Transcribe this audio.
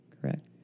correct